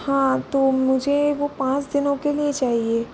हाँ तो मुझे वो पाँच दिनों के लिए चाहिए